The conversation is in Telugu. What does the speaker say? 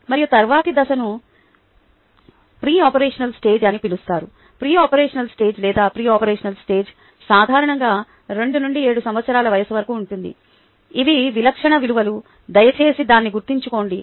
మరియు తరువాతి దశను ప్రీ ఓపెరాషనల్ స్టేజ్ అని పిలుస్తారు ప్రీ ఓపెరాషనల్ స్టేజ్లో లేదా ప్రీ ఓపెరాషనల్ స్టేజ్ సాధారణంగా 2 నుండి 7 సంవత్సరాల వయస్సు వరకు ఉంటుంది ఇవి విలక్షణ విలువలు దయచేసి దాన్ని గుర్తుంచుకోండి